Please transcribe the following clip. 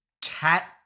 cat